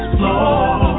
floor